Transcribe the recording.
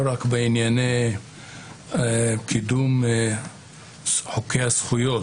לא רק בענייני קידום חוקי הזכויות,